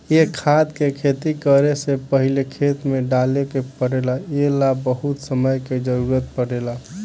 ए खाद के खेती करे से पहिले खेत में डाले के पड़ेला ए ला बहुत समय के जरूरत पड़ेला